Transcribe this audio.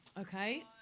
Okay